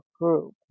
group